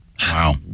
Wow